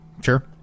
Sure